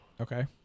Okay